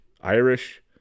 Irish